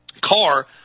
car